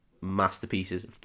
masterpieces